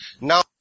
Now